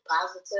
positive